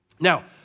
Now